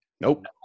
Nope